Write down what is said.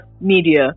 media